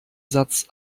satz